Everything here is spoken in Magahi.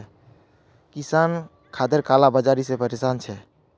किसान खादेर काला बाजारी से परेशान छे